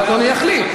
אז אדוני יחליט.